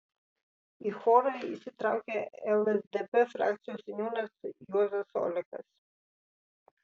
į chorą įsitraukė lsdp frakcijos seniūnas juozas olekas